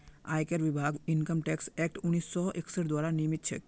आयकर विभाग income tax act उन्नीस सौ इकसठ द्वारा नियमित छेक